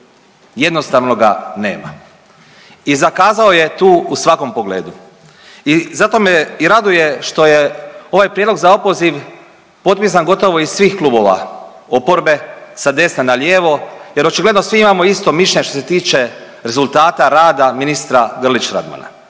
Jednostavno ga nema. I zakazao je tu u svakom pogledu i zato me i raduje što je ovaj prijedlog za opoziv potpisan gotovo iz svih klubova oporbe sa desna na lijevo jer očigledno svi imamo isto mišljenje što se tiče rezultata rada ministra Grlić Radmana.